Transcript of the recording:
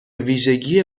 ویژگی